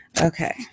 Okay